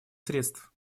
средств